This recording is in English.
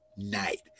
night